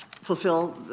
fulfill